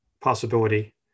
possibility